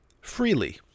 freely